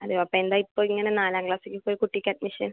അതെയോ അപ്പം എന്താ ഇപ്പം ഇങ്ങനെ നാലാം ക്ലാസ്സിലേക്ക് ഇപ്പം ഒരു കുട്ടിക്ക് അഡ്മിഷൻ